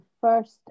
first